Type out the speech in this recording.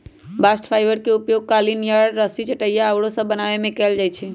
bast fibre के उपयोग कालीन, यार्न, रस्सी, चटाइया आउरो सभ बनाबे में कएल जाइ छइ